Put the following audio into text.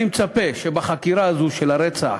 אני מצפה שבחקירה הזו של רצח